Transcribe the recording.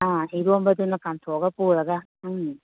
ꯑꯥ ꯏꯔꯣꯟꯕꯗꯨꯅ ꯀꯥꯝꯊꯣꯛꯑꯒ ꯄꯨꯔꯒ ꯎꯝ